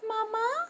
Mama